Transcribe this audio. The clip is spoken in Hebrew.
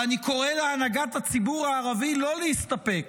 ואני קורא להנהגת הציבור הערבי לא להסתפק